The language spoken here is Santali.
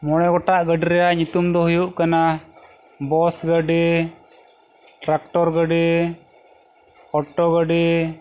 ᱢᱚᱬᱮ ᱜᱚᱴᱟᱝ ᱜᱟᱹᱰᱤ ᱨᱮᱭᱟᱜ ᱧᱩᱛᱩᱢ ᱫᱚ ᱦᱩᱭᱩᱜ ᱠᱟᱱᱟ ᱵᱟᱥ ᱜᱟᱹᱰᱤ ᱴᱨᱟᱠᱴᱚᱨ ᱜᱟᱹᱰᱤ ᱚᱴᱳ ᱜᱟᱹᱰᱤ